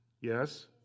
Yes